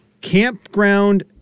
Campground